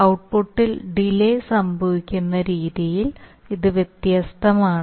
ഔട്ട്പുട്ടിൽ ഡിലേ സംഭവിക്കുന്ന രീതിയിൽ ഇത് വ്യത്യസ്തമാണ്